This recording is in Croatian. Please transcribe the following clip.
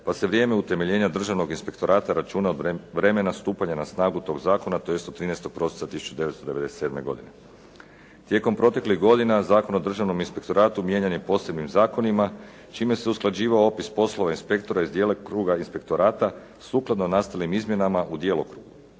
pa se vrijeme utemeljenja državnog inspektorata računa od vremena stupanja na snagu tog zakona tj. od 13. prosinca 1997. godine. Tijekom proteklih godina Zakon o državnom inspektoratu mijenjan je posebnim zakonima čime se usklađivao opis poslova inspektora iz djelokruga inspektorata sukladno nastalim izmjenama u djelokrugu.